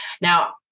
Now